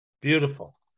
Beautiful